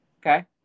Okay